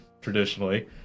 traditionally